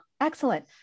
excellent